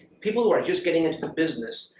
people who are just getting into the business,